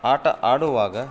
ಆಟ ಆಡುವಾಗ